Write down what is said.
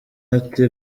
ati